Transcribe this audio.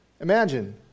Imagine